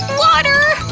water!